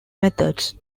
methods